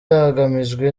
hagamijwe